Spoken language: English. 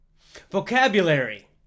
Vocabulary